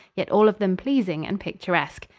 yet all of them pleasing and picturesque.